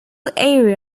area